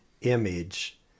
image